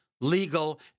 legal